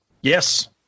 Yes